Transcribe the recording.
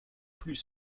plus